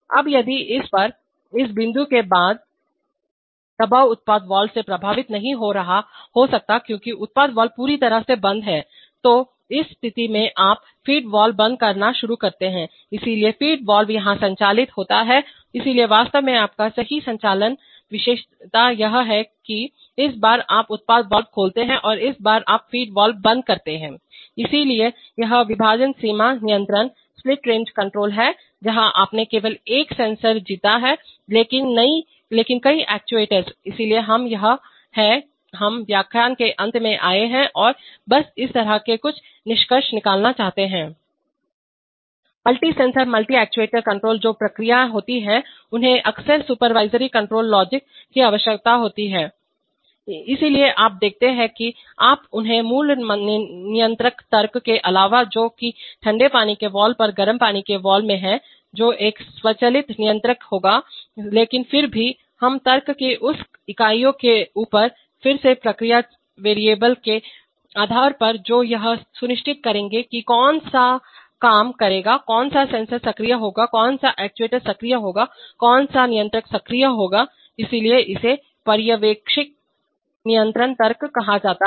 अब यदि इस पर इस बिंदु के बाद दबाव उत्पाद वाल्व से प्रभावित नहीं हो सकता है क्योंकि उत्पाद वाल्व पूरी तरह से बंद है तो उस स्थिति में आप फ़ीड वाल्व बंद करना शुरू करते हैं इसलिए फ़ीड वाल्व यहां संचालित होता है इसलिए वास्तव में आपका सही संचालन विशेषता यह है कि इस बार आप उत्पाद वाल्व खोलते हैं और इस बार आप फीड वाल्व बंद करते हैं इसलिए यह विभाजन सीमा नियंत्रणस्प्लिट रेंज कण्ट्रोल है जहां आपने केवल एक सेंसर जीता है लेकिन कई एक्ट्यूएटर्स इसलिए हम यह है हम व्याख्यान के अंत में आए हैं और बस इस तरह के कुछ निष्कर्ष निकालना चाहते हैं multi sensor multi actuator control जो प्रक्रियाएं होती हैं उन्हें अक्सर सुपरवाइजरी कण्ट्रोल लॉजिकपर्यवेक्षी नियंत्रण तर्क की आवश्यकता होती है इसलिए आप देखते हैं कि आप अपने मूल नियंत्रण तर्क के अलावा जो कि ठंडे पानी के वाल्व पर गर्म पानी के वाल्व में है जो एक स्वचालित नियंत्रक होगा लेकिन फिर भी हम तर्क की उस इकाइयों के ऊपर फिर से प्रक्रिया चर के आधार पर जो यह सुनिश्चित करेंगे कि कौन सा काम करेगा कौन सा सेंसर सक्रिय होगा कौन सा एक्ट्यूएटर सक्रिय होगा कौन सा नियंत्रक सक्रिय होगा इसलिए इसे पर्यवेक्षी नियंत्रण तर्क कहा जाता है